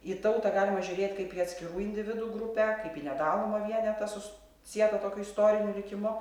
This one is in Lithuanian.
į tautą galima žiūrėt kaip į atskirų individų grupę kaip į nedalomą vienetą sus sieto tokiu istoriniu likimu